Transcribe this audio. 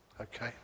Okay